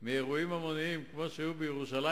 מאירועים המוניים כמו שהיו בירושלים,